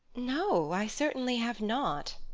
no, i certainly have not.